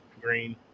green